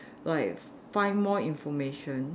like find more information